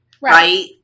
Right